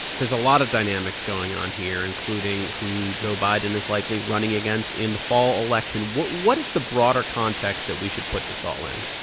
there's a lot of dynamics going on here, including who joe biden is likely running against in the fall election. what what is the broader context that we should put this all in?